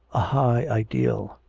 a high ideal,